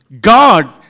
God